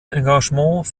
engagement